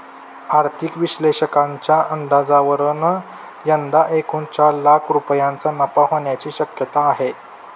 आर्थिक विश्लेषकांच्या अंदाजावरून यंदा एकूण चार लाख रुपयांचा नफा होण्याची शक्यता आहे